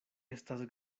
estas